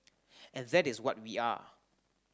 and that is what we are